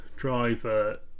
Driver